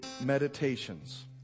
meditations